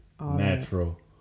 natural